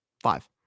Five